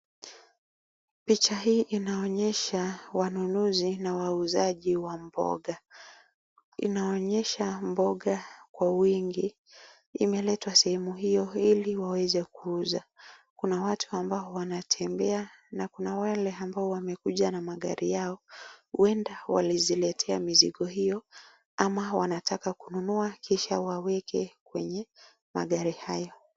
Picha hii inaonyesha wanunuzi na wauzaji wa mboga, inaonyesha mboga kwa wingi imeletwa sehemu hiyo ili waweze kuuza, kuna watu ambao wanatembea na kuna wale ambao wamekuja na magari yao, huenda waliziletea mizigo hiyo ama wanataka kununua kisha waweke kwenye magari hayo.